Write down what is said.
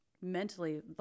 mentally